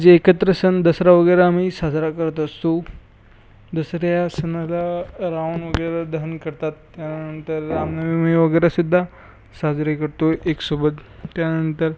जे एकत्र सण दसरा वगैरे आम्ही साजरा करत असतो दसरा सणाला रावण वगैरे दहन करतात त्यानंतर रामनवमी वगैरे सुद्धा साजरी करतो एक सोबत त्यानंतर